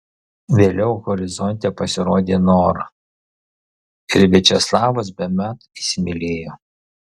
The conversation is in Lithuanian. vėliau horizonte pasirodė nora ir viačeslavas bemat įsimylėjo